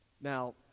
Now